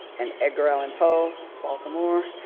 and edgar allan poe, baltimore,